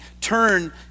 turn